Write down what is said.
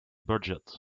budget